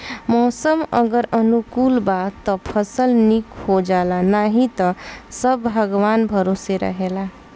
मौसम अगर अनुकूल बा त फसल निक हो जाला नाही त सब भगवान भरोसे रहेला